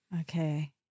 Okay